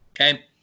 okay